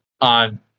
on